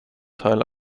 teil